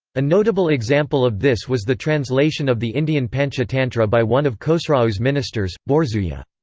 a notable example of this was the translation of the indian panchatantra by one of khosrau's ministers, borzuya.